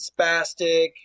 spastic